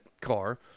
car